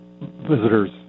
visitors